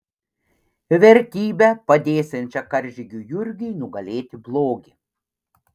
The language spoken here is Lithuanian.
vertybe padėsiančia karžygiui jurgiui nugalėti blogį